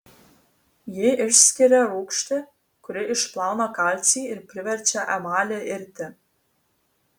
ji išskiria rūgštį kuri išplauna kalcį ir priverčia emalį irti